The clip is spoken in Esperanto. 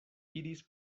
iris